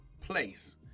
place